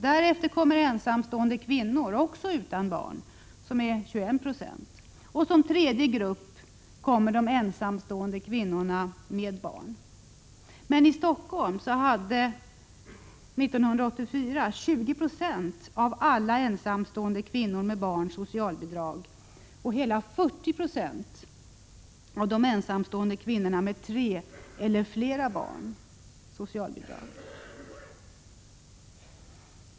Därefter kommer ensamstående kvinnor utan barn med 21 26 och som tredje grupp de ensamstående kvinnorna med barn. I Stockholm hade 20 90 av alla ensamstående kvinnor med barn socialbidrag 1984, och bland de ensamstående kvinnorna med tre eller fler barn var andelen socialbidragstagare hela 40 90.